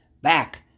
back